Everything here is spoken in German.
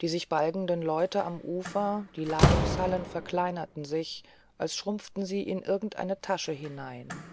die sich balgenden leute am ufer die landungshallen verkleinerten sich als schrumpften sie in irgendeine tasche hinein